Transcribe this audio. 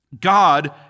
God